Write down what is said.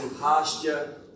pasture